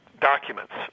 documents